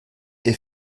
est